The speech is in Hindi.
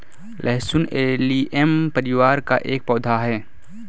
लहसुन एलियम परिवार का एक पौधा है